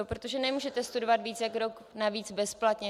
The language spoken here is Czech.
Protože nemůžete studovat víc jak rok, navíc bezplatně.